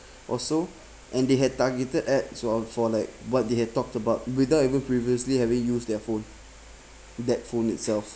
also and they had targeted ads of for like what they had talked about without even previously having use their phone that phone itself